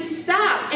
stop